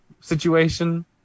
situation